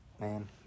man